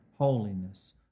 holiness